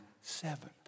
seven